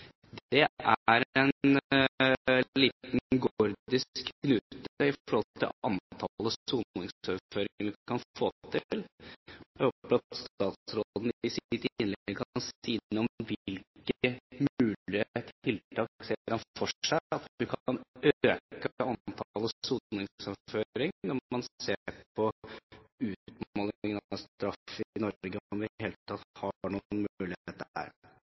Det er en liten gordisk knute når det gjelder antallet soningsoverføringer vi kan få til. Jeg håper at statsråden i sitt innlegg kan si noe om hvilke mulige tiltak han ser for seg som kan øke antallet soningsoverføringer, når man ser på utmålingene av straff i Norge, om vi i det hele tatt har noen mulighet